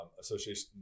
Association